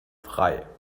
frei